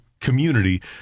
community